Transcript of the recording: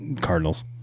Cardinals